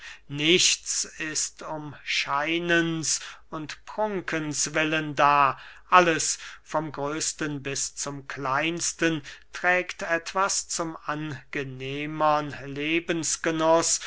nichts ist um scheinens und prunkens willen da alles vom größten bis zum kleinsten trägt etwas zum angenehmern lebensgenuß